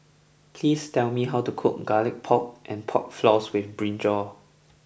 please tell me how to cook Garlic Pork and Pork Floss with Brinjal